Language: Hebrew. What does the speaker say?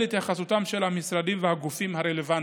התייחסותם של המשרדים והגופים הרלוונטיים.